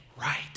right